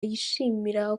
yishimira